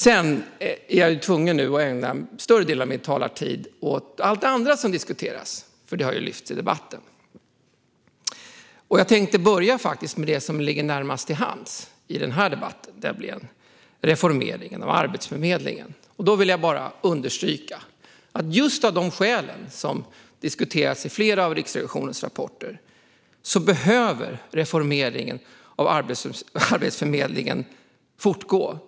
Sedan blir jag nu tvungen att ägna större delen av min talartid åt allt det andra som har lyfts i debatten. Jag tänkte börja med det som ligger närmast till hands, nämligen reformeringen av Arbetsförmedlingen. Jag vill understryka att just av de skäl som diskuteras i flera av Riksrevisionens rapporter behöver reformeringen av Arbetsförmedlingen fortgå.